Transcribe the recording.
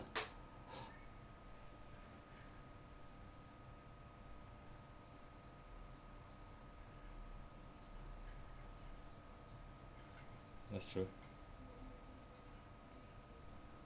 that's true